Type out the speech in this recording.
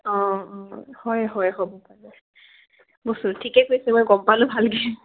অঁ হয় হয় হ'ব পাৰে ঠিকে কৈছে মই গম পালোঁ ভালকৈ